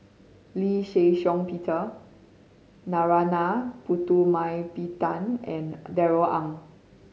Lee Shih Shiong Peter Narana Putumaippittan and Darrell Ang